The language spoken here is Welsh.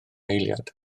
eiliad